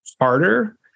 harder